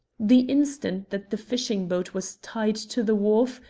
the instant that the fishing-boat was tied to the wharf,